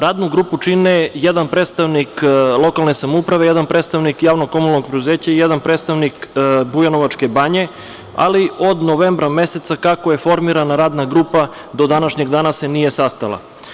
Radnu grupu čini jedan predstavnik lokalne samouprave, jedna predstavnik JKP i jedan predstavnik Bujanovačke banje, ali od novembra meseca, kako je formirana radna grupa, do današnjeg dana se nije sastala.